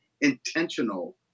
intentional